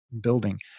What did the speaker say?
building